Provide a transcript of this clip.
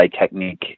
technique